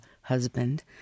husband